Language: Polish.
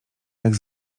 jak